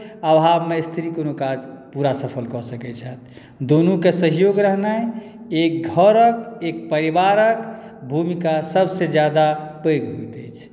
आभावमे स्त्री कोनो काज पूरा सफल कऽ सकैत छथि दुनूके सहयोग रहनाइ एक घरक एक परिवारक भूमिका सभसँ ज्यादा पैघ होइत अछि